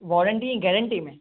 warranty ऐं guarantee में